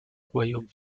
royaume